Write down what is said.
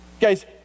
Guys